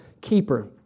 keeper